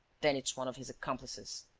then it's one of his accomplices.